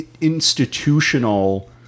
institutional